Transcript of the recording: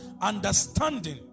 understanding